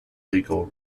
legal